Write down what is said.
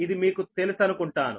ఇది మీకు తెలుసనుకుంటాను